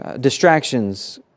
distractions